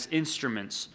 instruments